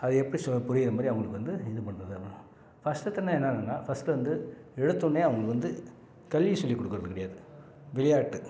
அது எப்படி சொல்லி புரிகிறமாதிரி அவங்களுக்கு வந்து இது பண்றது அப்படினா ஃபஸ்ட்டு எடுத்தோடனே என்னென்னா ஃபஸ்ட்டில் வந்து எடுத்தோடனே அவங்களுக்கு வந்து கல்வி சொல்லிக்கொடுக்குறது கிடையாது விளையாட்டு